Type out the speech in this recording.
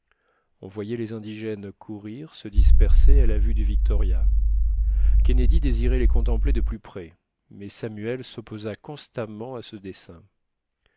on voyait les indigènes courir se disperser à la vue du victoria kennedy désirait les contempler de plus près mais samuel s'opposa constamment à ce dessein